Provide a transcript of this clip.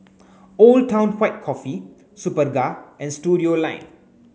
Old Town White Coffee Superga and Studioline